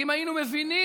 כי אם היינו מבינים,